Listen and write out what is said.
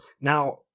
Now